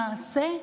למעשה,